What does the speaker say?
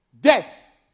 death